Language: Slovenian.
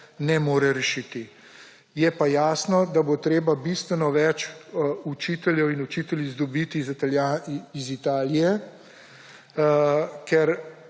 ne more rešiti. Je pa jasno, da bo treba bistveno več učiteljev in učiteljic dobiti iz Italije, ker